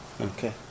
Okay